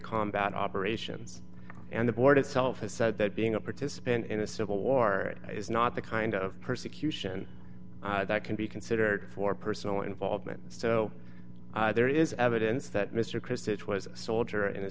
combat operations and the board itself has said that being a participant in a civil war is not the kind of persecution that can be considered for personal involvement so there is evidence that mr kristof was soldier in